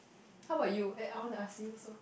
how about you eh I want to ask you also